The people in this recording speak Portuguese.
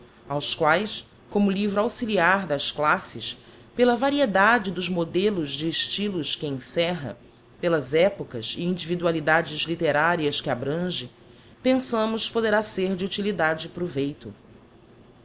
aos quaes como livro auxiliar das classes pela variedade dos modelos de estylos que encerra pelas épocas e individualidades literárias que abrange pensamos poderá ser de utilidade e proveito